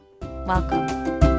Welcome